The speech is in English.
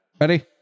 Ready